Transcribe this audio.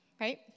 right